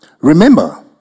Remember